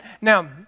Now